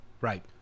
Right